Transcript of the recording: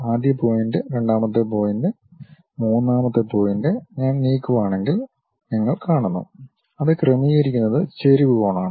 ആദ്യ പോയിന്റ് രണ്ടാമത്തെ പോയിന്റ് മൂന്നാമത്തെ പോയിന്റ് ഞാൻ നീക്കുവാണെങ്കിൽ നിങ്ങൾ കാണുന്നു അത് ക്രമീകരിക്കുന്നത് ചെരിവ് കോണാണ്